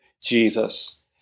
Jesus